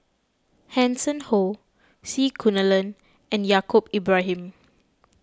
Hanson Ho C Kunalan and Yaacob Ibrahim